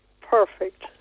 Perfect